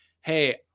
hey